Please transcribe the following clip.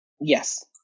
Yes